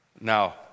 Now